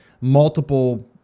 multiple